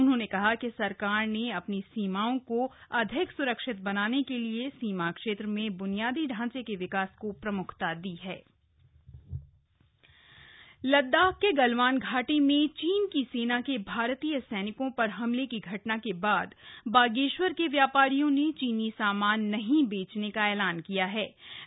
उन्होंने कहा कि सरकार ने अपनी सीमाओं को अधिक सुरक्षित बनाने के लिये सीमा क्षेत्र में बुनियादी ढांचे के विकास को प्रमुखता दी हप चीन का बहिष्कार लददाख के गलवान घाटी में चीन की सेना के भारतीय सम्रिकों पर हमले की घटना के बाद बागेश्वर के व्यापारियों ने चीनी सामान नहीं बेचने का एलान किया हा